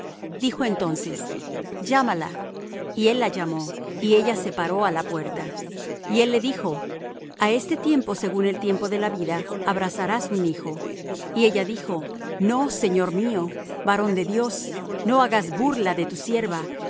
dijo entonces llámala y él la llamó y ella se paró á la puerta y él le dijo a este tiempo según el tiempo de la vida abrazarás un hijo y ella dijo no señor mío varón de dios no hagas burla de tu sierva